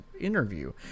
interview